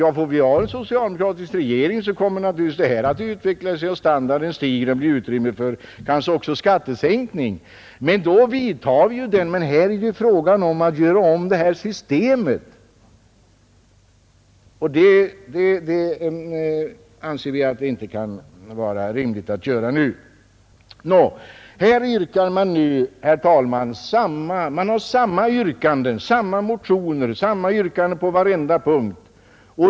Ja, får vi ha en socialdemokratisk regering kommer detta naturligtvis att utveckla sig och standarden stiger och det blir kanske också utrymme för skattesänkning. Då företar vi den. Här är emellertid fråga om att göra om detta system. Vi anser att det inte kan vara rimligt att göra det nu. Här har man nu, herr talman, samma motioner, samma yrkanden på varenda punkt.